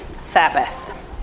Sabbath